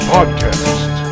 Podcast